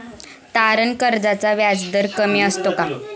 तारण कर्जाचा व्याजदर कमी असतो का?